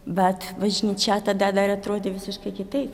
bet bažnyčia tada dar atrodė visiškai kitaip